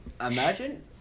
Imagine